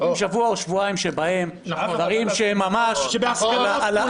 שבוע או שבועיים לדברים שהם ממש בסוף,